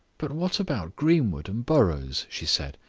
but what about greenwood and burrows? she said.